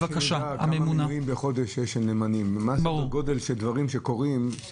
מה סדר הגודל של דברים שקורים?